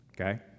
okay